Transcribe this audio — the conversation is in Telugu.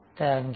Thank you